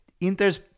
Inter's